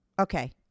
Okay